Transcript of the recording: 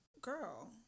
Girl